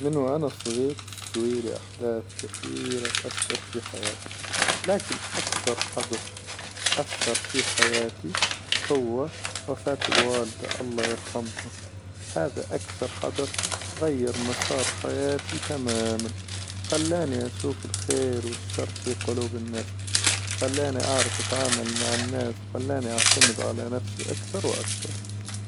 من وأنا صغير تستوي لي أحداث كثيرة أثر في حياتي ولكن أكثر حدث أثر في حياتي هو وفاة الوالدة الله يرحمها، هذا أكثر حدث غير مسار حياتي تماما، خلاني أشوف الخير والشر في قلوب الناس، وخلاني أعرف أتعامل مع الناس، وخلاني أعتمد على نفسي أكثر وأكثر.